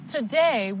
Today